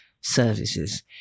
services